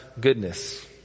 goodness